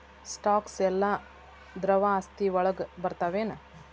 Stocks ಯೆಲ್ಲಾ ದ್ರವ ಆಸ್ತಿ ವಳಗ್ ಬರ್ತಾವೆನ?